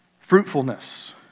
fruitfulness